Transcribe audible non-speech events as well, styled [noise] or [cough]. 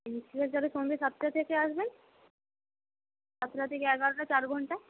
[unintelligible] সন্ধ্যে সাতটা থেকে আসবেন সাতটা থেকে এগারোটা চার ঘণ্টা